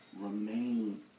Remain